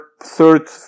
third